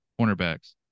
cornerbacks